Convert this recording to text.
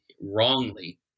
wrongly